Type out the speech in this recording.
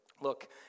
look